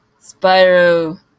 Spyro